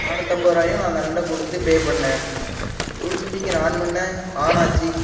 நானூற்றைம்பது ரூபாயும் நான் அந்த அண்ணன்ட்டே கொடுத்து பே பண்ணேன் ப்ளூடூத் ஸ்பீக்கரை ஆன் பண்ணேன் ஆன் ஆச்சு